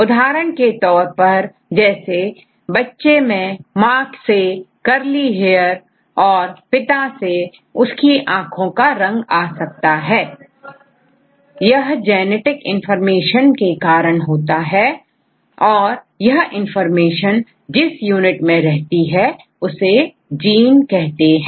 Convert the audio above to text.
उदाहरण के तौर पर जैसे बच्चे में मां से करली हेयर और पिता से उसकी आंखों का रंग आ सकता है यह जेनेटिक इंफॉर्मेशन के कारण होता है और यह इंफॉर्मेशन जिस यूनिट में रहती है उसे जीन कहते हैं